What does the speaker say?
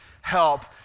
help